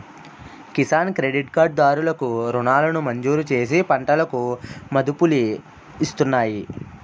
Kisan credit card దారులు కు రుణాలను మంజూరుచేసి పంటలకు మదుపులిస్తున్నాయి